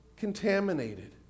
contaminated